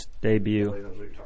debut